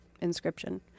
inscription